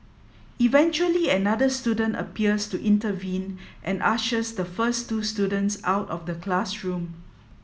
eventually another student appears to intervene and ushers the first two students out of the classroom